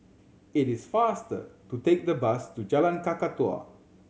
it is faster to take the bus to Jalan Kakatua